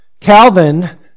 Calvin